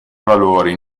valori